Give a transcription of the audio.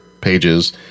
pages